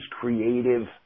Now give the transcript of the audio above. creative